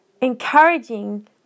encouraging